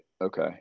okay